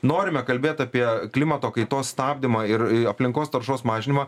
norime kalbėt apie klimato kaitos stabdymą ir aplinkos taršos mažinimą